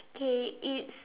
okay it's